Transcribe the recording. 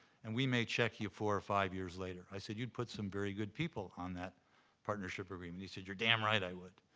and we may check you four or five years later. i said, you'd put some very good people on that partnership agreement. he said, you're damn right i would.